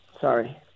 sorry